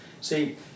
see